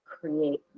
create